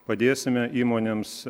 padėsime įmonėms